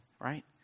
right